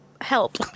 Help